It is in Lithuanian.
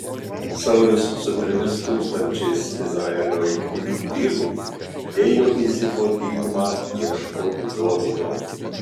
saulius su trimis tūkstančiais izraelio rinktinių vyrų ėjo į zifo dykumą ieškoti dovydo